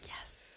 yes